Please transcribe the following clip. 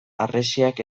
harresiak